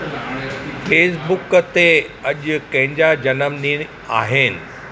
Facebook ते अॼु कंहिंजा जनमु ॾींहं आहिनि